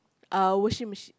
uh washing machine